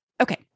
Okay